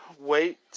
wait